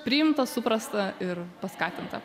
priimta suprasta ir paskatinta